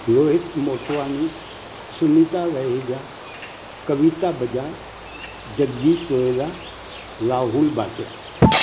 Rohit Motwani Sunita Raheja Kavita Bajaj Jagdish Rohira Rahul Bhatia